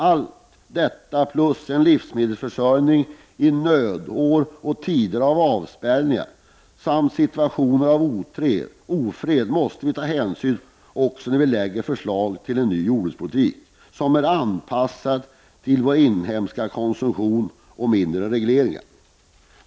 Allt detta plus en livsmedelsförsörjning i nödår och tider av avspärrningar samt situationer av ofred måste vi ta hänsyn till när vi lägger förslag till en jordbrukspolitik som är anpassad till vår inhemska konsumtion och med mindre regleringar.